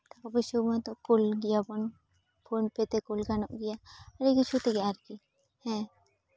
ᱴᱟᱠᱟ ᱯᱩᱭᱥᱟᱹ ᱢᱟᱛᱚ ᱠᱩᱞ ᱜᱮᱭᱟᱵᱚᱱ ᱯᱷᱳᱱ ᱯᱮ ᱛᱮ ᱠᱩᱞ ᱜᱟᱱᱚᱜ ᱜᱮᱭᱟ ᱟᱹᱰᱤ ᱠᱤᱪᱷᱩ ᱛᱮᱜᱮ ᱟᱨᱠᱤ ᱦᱮᱸ